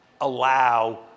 allow